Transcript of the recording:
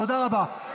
תודה רבה.